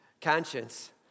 Conscience